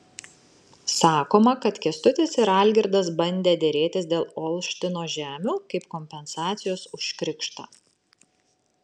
sakoma kad kęstutis ir algirdas bandę derėtis dėl olštino žemių kaip kompensacijos už krikštą